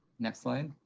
next slide.